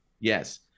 Yes